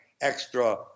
extra